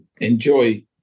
enjoy